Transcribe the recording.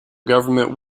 government